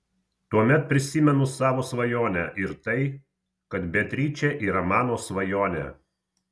tuomet prisimenu savo svajonę ir tai kad beatričė yra mano svajonė